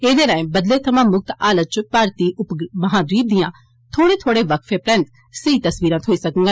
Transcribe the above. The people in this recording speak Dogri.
एहदे राएं बदलें थवां मुक्त हालात च भारती उप महादवीप दियां थोहड़े थोहड़े बक्फे परैंत सेई तस्वीरां थ्होई सकडन